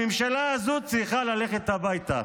הממשלה הזו צריכה ללכת הביתה.